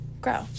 grow